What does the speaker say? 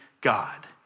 God